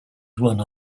one